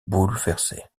bouleversée